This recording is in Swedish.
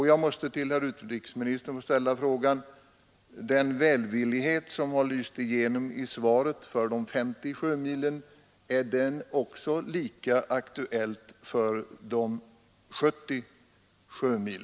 Jag vill till herr utrikesministern ställa frågan: Gäller den välvillighet som lyst igenom i svaret i fråga om en utvidgning av Islands fiskegräns till 50 sjömil också en utvidgning till 70 sjömil?